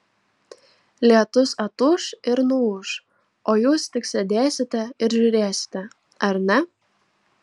lietus atūš ir nuūš o jūs tik sėdėsite ir žiūrėsite ar ne